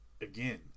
Again